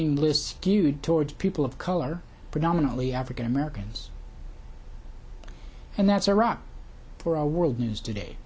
ing list geared towards people of color predominantly african americans and that's iraq for our world news today